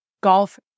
golf